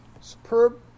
Superb